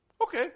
Okay